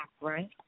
right